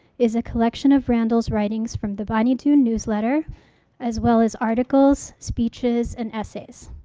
is a collection of randall's writings from the bonny doon newsletter as well as articles speeches, and essays.